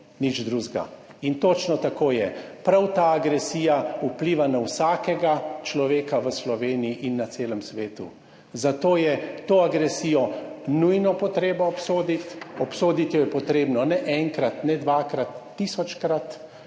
nič drugega in točno tako je. Prav ta agresija vpliva na vsakega človeka v Sloveniji in na celem svetu, zato je to agresijo nujno potrebno obsoditi, obsoditi jo je potrebno ne enkrat, ne dvakrat, tisočkrat